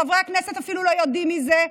חברי הכנסת אפילו לא יודעים מזה,